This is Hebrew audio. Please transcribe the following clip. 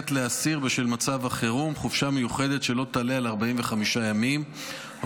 לתת לאסיר חופשה מיוחדת שלא תעלה על 45 ימים בשל מצב החירום.